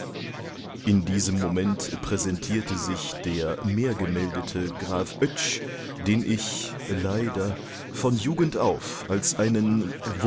in diesem moment präsentierte sich der mehrgemeldete graf oetsch den ich leider von jugend auf als einen